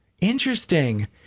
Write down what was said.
Interesting